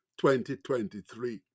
2023